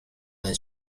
than